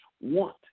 want